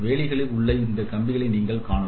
வேலிகளில் அந்த கம்பிகளை நீங்க காணலாம்